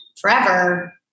forever